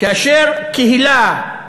כאשר קהילה,